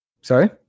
Sorry